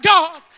God